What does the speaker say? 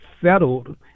settled